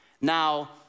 Now